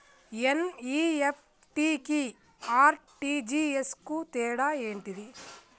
NEFT కి RTGS కు తేడా ఏంటిది?